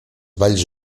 valls